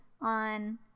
on